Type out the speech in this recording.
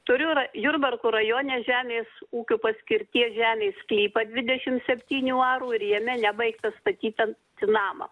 turiu ra jurbarko rajone žemės ūkio paskirties žemės sklypą dvidešim septynių arų ir jame nebaigtą statyt ten namą